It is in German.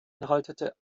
beinhaltete